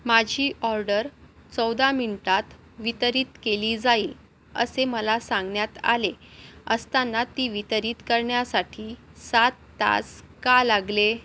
माझी ऑर्डर चौदा मिनटात वितरित केली जाईल असे मला सांगण्यात आले असताना ती वितरित करण्यासाठी सात तास का लागले